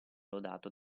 lodato